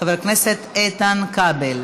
חבר הכנסת איתן כבל.